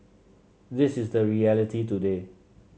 this is the reality today